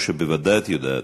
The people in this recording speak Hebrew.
כמו שבוודאי את יודעת,